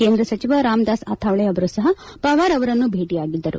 ಕೇಂದ್ರ ಸಚಿವ ರಾಮದಾಸ್ ಅತವಳೆ ಅವರು ಸಹ ಪವಾರ್ ಅವರನ್ನು ಭೇಟಿಯಾಗಿದ್ದರು